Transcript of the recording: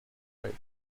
right